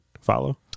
follow